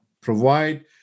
provide